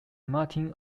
martin